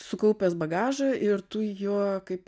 sukaupęs bagažą ir tu juo kaip